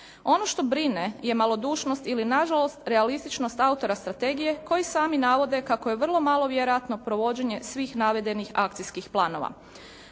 Ono što brine je malodušnost ili nažalost realističnost autora strategije koji sami navode kako je vrlo malo vjerojatno provođenje svih navedenih akcijskih planova.